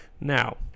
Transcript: Now